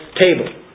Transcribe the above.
table